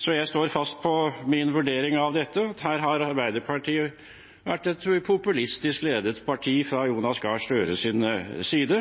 Så jeg står fast på min vurdering av dette, at her har Arbeiderpartiet vært et populistisk ledet parti fra Jonas Gahr Støres side.